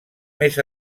més